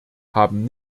haben